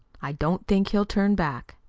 i don't think he'll turn back